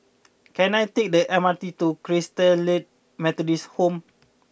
can I take the M R T to Christalite Methodist Home